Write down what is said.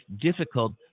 difficult